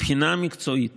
מהבחינה המקצועית